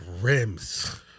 rims